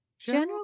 General